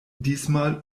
diesmal